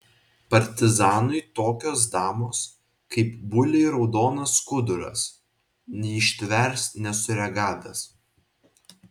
partizanui tokios damos kaip buliui raudonas skuduras neištvers nesureagavęs